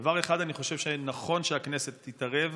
בדבר אחד אני חושב שנכון שהכנסת תתערב,